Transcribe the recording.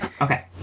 Okay